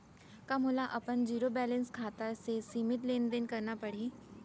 का मोला अपन जीरो बैलेंस खाता से सीमित लेनदेन करना पड़हि?